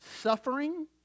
suffering